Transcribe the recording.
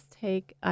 take